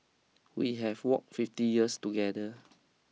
we have walked fifty years together